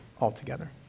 altogether